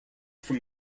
from